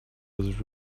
was